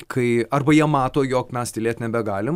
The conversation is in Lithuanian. kai arba jie mato jog mes tylėt nebegalim